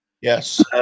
yes